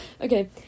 Okay